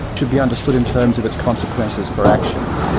should be understood in terms of its consequences for action.